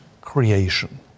creation